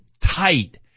tight